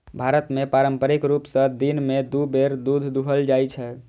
भारत मे पारंपरिक रूप सं दिन मे दू बेर दूध दुहल जाइ छै